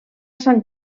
sant